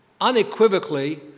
Unequivocally